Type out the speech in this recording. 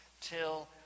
till